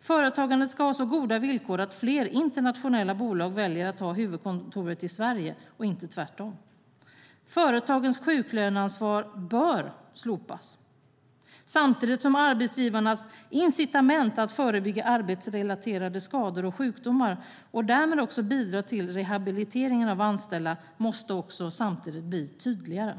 Företagandet ska ha så goda villkor att fler internationella bolag väljer att ha huvudkontoret i Sverige och inte tvärtom. Företagens sjuklöneansvar bör slopas samtidigt som arbetsgivarnas incitament att förebygga arbetsrelaterade skador och sjukdomar och därmed också bidra till rehabilitering av anställda måste bli tydligare.